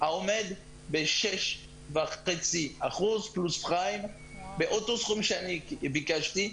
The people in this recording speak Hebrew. העומדת על 6.5% פלוס פריים באותו סכום שאני ביקשתי.